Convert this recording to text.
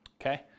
Okay